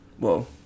Whoa